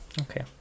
okay